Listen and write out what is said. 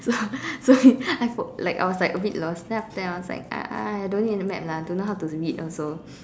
so so I I fo~ like I was like a bit lost then after that everyone's like ah I don't need the map lah don't know how to read also